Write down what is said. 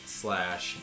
slash